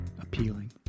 appealing